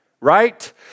right